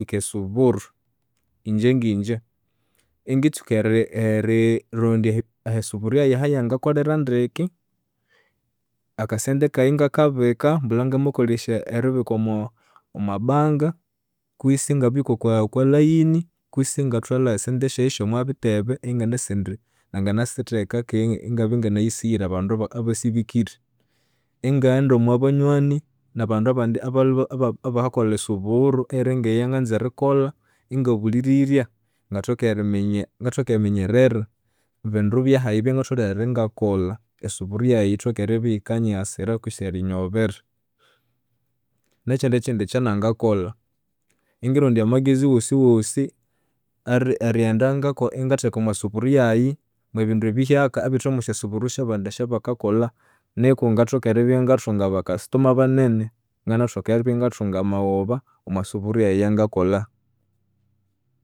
Eritsuka esuburu, inje nginje ingitsuka eri- erirondya esuburu yayi ahayangakolera neke, akasente kayi ingakabika mbulha ngamakolesya eribika omo- omwabanka, kwisi ingabika okwa okwaline, kwisi ingathwalha esyasente syayi syomwabitebe inganasi indi nanginasitheka keghe ingabya inganayisighire abandu abasibikire. Ingaghenda omwabanywani, nabandu abandi aba- abakakolha esuburu eyiringeyanganza erikolha. Ingabulirirya, ngathokeriminye ngathoke eriminyerera nibindu byahayi ebyngatholere ingakolha, esuburu yayi yithoke eribya iyikanyighasira kwisi erinyighobera. Nekyindi kyindu ekyanangakolha, ingindirondya amagesi woswosi erighenda ingatheka omwasuburu yayi mwabindu ebihyaka ebithe omwasyasuburu syabandi esyabakakolha nuku ngathoke eribya ingathunga abakasitoma banene nganathoka eribya ingathunga amaghoba omwasuburu yayi eyangakolha.